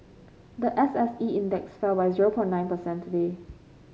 the S S E Index fell by drove for nine percent today